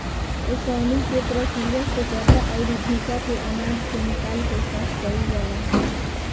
ओसवनी के प्रक्रिया से गर्दा अउरी भूसा के आनाज से निकाल के साफ कईल जाला